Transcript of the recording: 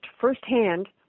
firsthand